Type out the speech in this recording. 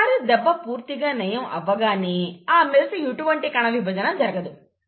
ఒకసారి దెబ్బ పూర్తిగా నయం అవ్వగానే ఆ మీదట ఎటువంటి కణవిభజన జరగదు